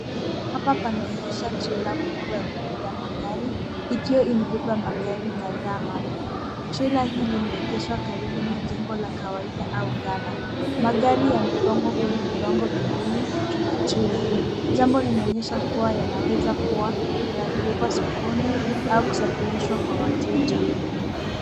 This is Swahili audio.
Hapa panaonyesha trela kubwa ya kubebea magari ikiwa imebeba magari kadhaa mapya. Trela hili limeegeshwa karibu na jengo la kawaida au ghala. Magari yamepangwa kwenye viwango viwili juu ya trela. Jambo linaonyesha kuwa yanaweza kuwa inapelekwa sokoni au kusafirishwa kwa wateja.